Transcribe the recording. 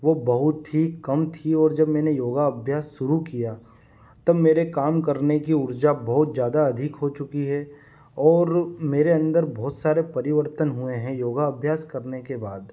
वह बहुत ही कम थी और जब मैंने योग अभ्यास शुरू किया तब मेरे काम करने की ऊर्जा बहुत ज़्यादा अधिक हो चुकी है और मेरे अंदर बहुत सारे परिवर्तन हुए हैं योगा अभ्यास करने के बाद